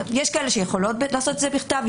יש כאלה שיכולות לעשות את זה בכתב,